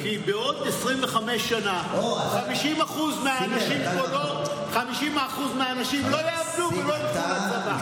כי בעוד 25 שנה 50% מהאנשים פה לא יעבדו ולא ילכו לצבא.